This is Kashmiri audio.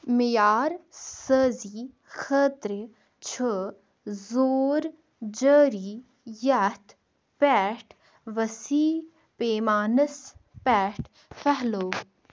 معیارسٲزی خٲطرٕ چھُ زور جٲری یتھ پٮ۪ٹھ وسیع پیمانس پٮ۪ٹھ پھہلیوو